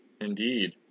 Indeed